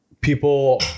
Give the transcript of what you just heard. people